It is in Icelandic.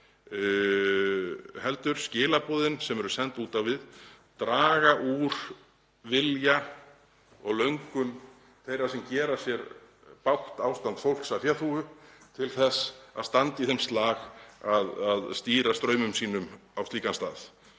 heldur draga skilaboðin sem eru send út á við úr vilja og löngun þeirra sem gera sér bágt ástand fólks að féþúfu til að standa í þeim slag að stýra straumum sínum á slíkan stað.